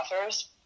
authors